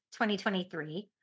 2023